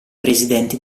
presidenti